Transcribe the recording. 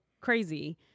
crazy